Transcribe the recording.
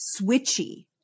switchy